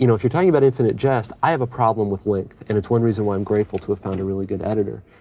you know if you're talking about infinite jest, i have a problem with length and it's one reason why i'm grateful to have found a really good editor.